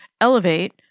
elevate